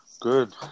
Good